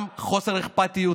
גם חוסר אכפתיות